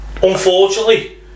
Unfortunately